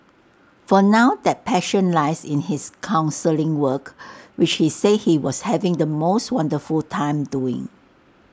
for now that passion lies in his counselling work which he said he was having the most wonderful time doing